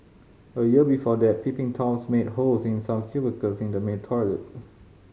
a year before that peeping Toms made holes in some cubicles in the male toilet